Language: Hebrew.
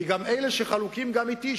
כי גם אלה שחלוקים אתי,